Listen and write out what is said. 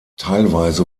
teilweise